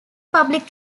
public